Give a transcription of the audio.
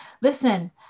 Listen